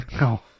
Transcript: No